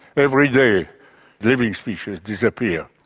every day living species disappear,